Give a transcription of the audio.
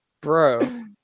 bro